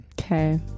Okay